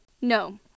No